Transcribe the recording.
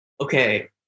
okay